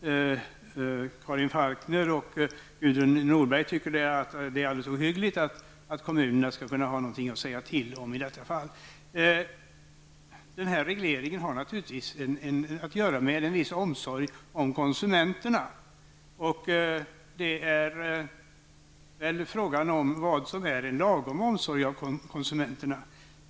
Karin Falkmer och Gudrun Norberg tycker att det är ohyggligt att kommunerna skall ha någonting att säga till om i detta fall. Regleringen har naturligtvis att göra med en viss omsorg om konsumenterna. Det är fråga om vad som är en lagom omsorg om konsumenterna.